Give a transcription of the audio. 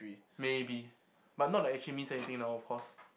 maybe but not like it actually means anything now of course